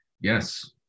Yes